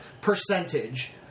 percentage